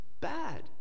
bad